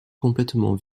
complètement